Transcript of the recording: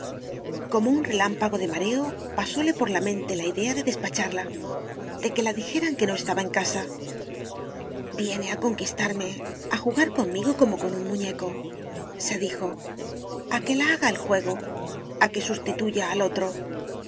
como un relámpago de mareo pasóle por la mente la idea de despacharla de que la dijeran que no estaba en casa viene a conquistarme a jugar conmigo como con un muñecose dijo a que la haga el juego a que sustituya al otro